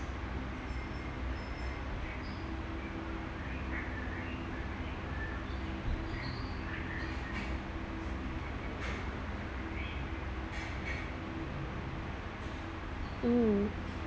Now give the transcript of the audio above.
mm